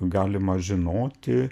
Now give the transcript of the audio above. galima žinoti